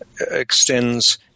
extends